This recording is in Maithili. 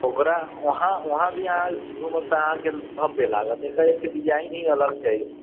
ओकरा वहाँ वहाँ भी अहाँ घुमब तऽ अहाँके भव्य लागत एकाएक डिजाइन ही अलग छै